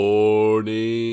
Morning